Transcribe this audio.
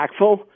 impactful